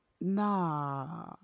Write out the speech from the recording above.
Nah